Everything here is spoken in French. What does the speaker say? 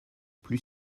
plus